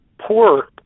poor